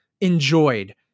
enjoyed